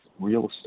real